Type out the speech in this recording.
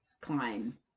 climb